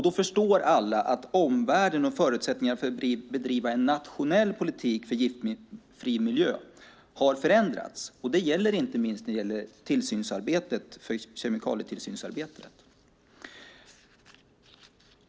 Då förstår alla att omvärlden och förutsättningarna för att driva en nationell politik för en giftfri miljö har förändrats. Det gäller inte minst förutsättningarna för kemikalietillsynsarbetet.